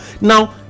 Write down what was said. Now